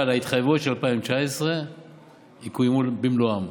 אבל ההתחייבויות של 2019 יקוימו במלואן,